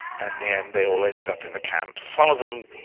and and they all ended up in the camps, some of them,